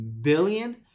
billion